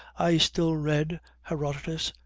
i still read herodotus,